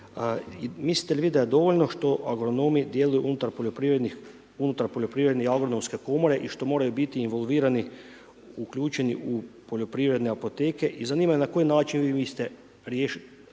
mislite li vi da je dovoljno što agronomi djeluju unutar poljoprivredne i agronomske komore i što moraju biti involvirani uključeni u poljoprivredne apoteke i zanima me na koji način vi mislite da je